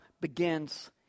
begins